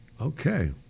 Okay